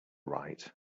right